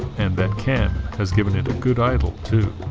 and that cam has given it a good idle too